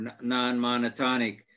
non-monotonic